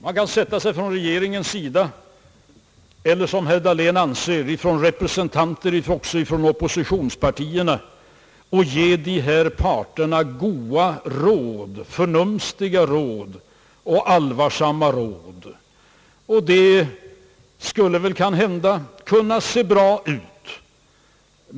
Regeringen eller — som herr Dahlén anser — även oppositionspartiernas representanter kan sätta sig ned och ge dessa parter goda, förnumstiga och allvarsamma råd, och det kunde kanske se bra ut.